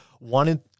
wanted